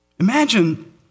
Imagine